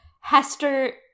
Hester